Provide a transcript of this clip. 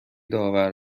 داور